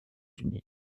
unis